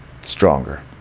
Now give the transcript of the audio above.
stronger